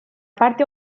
parte